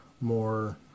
more